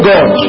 God